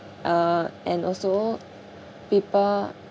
uh and also people